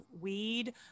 weed